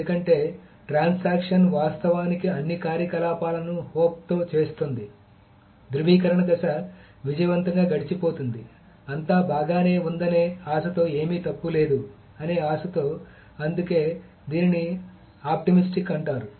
ఎందుకంటే ట్రాన్సాక్షన్ వాస్తవానికి అన్ని కార్యకలాపాలను హోప్ తో చేస్తుంది ధ్రువీకరణ దశ విజయవంతంగా గడిచిపోతుంది అంతా బాగానే ఉందనే ఆశతో ఏమీ తప్పు లేదు అనే ఆశతో అందుకే దీనిని ఆశావాది ఆప్టిమిస్టిక్ అంటారు